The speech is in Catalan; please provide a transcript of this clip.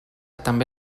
també